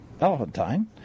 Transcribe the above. Elephantine